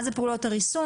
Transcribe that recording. מה זה פעולות ריסון?